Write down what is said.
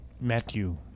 Matthew